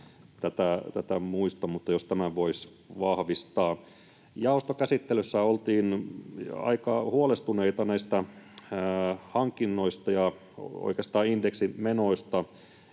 tätä muista, mutta jos tämän voisi vahvistaa. Jaostokäsittelyssä oltiin aika huolestuneita näistä hankinnoista ja oikeastaan indeksimenoista,